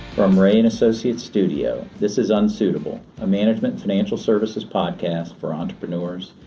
from rea and associates studio, this is, unsuitable, a management financial services podcast for entrepreneurs,